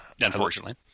Unfortunately